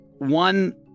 One